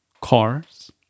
cars